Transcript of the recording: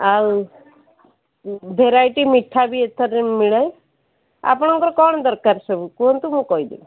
ଆଉ ଭେରାଇଟ୍ ମିଠା ବି ଏଥିରେ ମିଳେ ଆପଣଙ୍କର କ'ଣ ଦରକାର ସବୁ କୁହନ୍ତୁ ମୁଁ କହିଦେବି